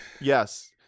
Yes